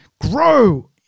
grow